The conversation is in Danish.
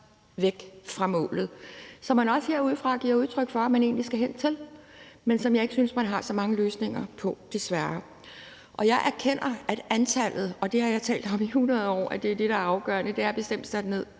væk fra målet, som man også herfra giver udtryk for at man egentlig skal hen til, men som jeg ikke synes man har så mange løsninger på, desværre. Jeg erkender, at antallet – og det har jeg talt om i hundrede år er det afgørende – bestemt er sat ned.